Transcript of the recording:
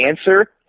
answer